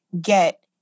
get